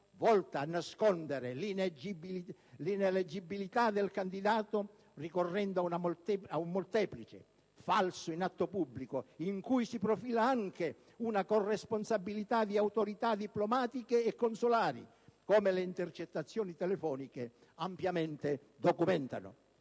volta a nascondere l'ineleggibilità del candidato ricorrendo a un molteplice falso in atto pubblico, in cui si profila anche una corresponsabilità di autorità diplomatiche e consolari, come le intercettazioni telefoniche ampiamente documentano.